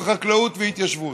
חקלאות והתיישבות.